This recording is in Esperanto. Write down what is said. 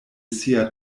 sia